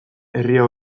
herria